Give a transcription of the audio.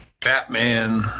Batman